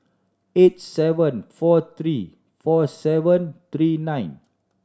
eight seven four three four seven three nine